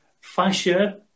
fascia